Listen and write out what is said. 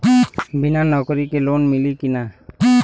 बिना नौकरी के लोन मिली कि ना?